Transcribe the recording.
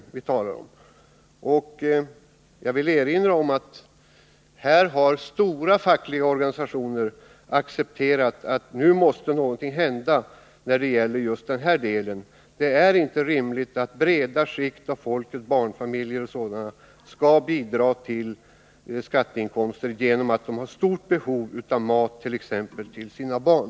Jag vill erinra om att stora fackliga organisationer har accepterat att någonting nu måste hända när det gäller just denna del. Det är inte rimligt att breda skikt av folket, barnfamiljer och andra, skall bidra till skatteinkomsterna på grund av att de har stort behov av mat till exempelvis sina barn.